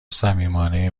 صمیمانه